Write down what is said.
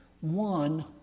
One